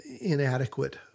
inadequate